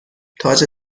تاج